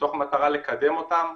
מתוך מטרה לקדם אותם,